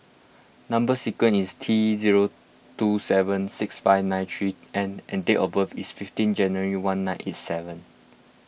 Number Sequence is T zero two seven six five nine three N and date of birth is fifteen January one nine eight seven